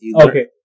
Okay